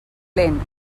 lent